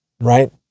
right